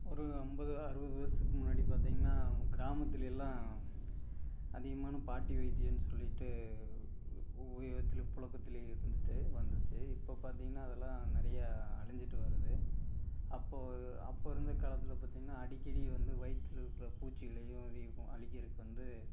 ஒரு ஐம்பது அறுபது வருஷத்துக்கு முன்னாடி பார்த்தீங்கன்னா கிராமத்துலெலாம் அதிகமான பாட்டி வைத்தியம்னு சொல்லிட்டு உலகத்திலே புழக்கத்துலேயே இருந்துகிட்டு வந்துச்சு இப்போ பார்த்தீங்கன்னா அதெல்லாம் நிறையா அழிஞ்சிட்டு வருது அப்போது அப்போ இருந்த காலத்தில் பார்த்தீங்கன்னா அடிக்கடி வந்து வயிற்றுல இருக்கிற பூச்சிகளையும் அதைக்கும் அழிக்கிறக்கு வந்து